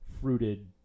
fruited